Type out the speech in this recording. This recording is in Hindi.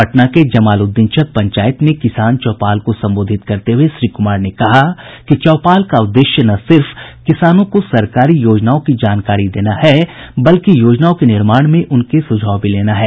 पटना के जमालुद्दीनचक पंचायत में किसान चौपाल को संबोधित करते हुए श्री कुमार ने कहा कि चौपाल का उद्देश्य न सिर्फ किसानों को सरकारी योजनाओं को जानकारी देना है बल्कि योजनाओं के निर्माण में उनके सुझाव भी लेना है